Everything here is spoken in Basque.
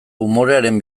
umorearen